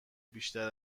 بیشتر